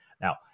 Now